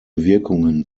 wirkungen